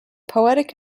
poetic